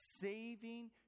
saving